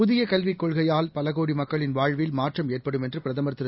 புதியகல்விக் கொள்கையால் பலகோடிமக்களின் வாழ்வில் மாற்றம் ஏற்படும் என்றுபிரதமர் திரு